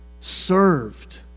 served